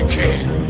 king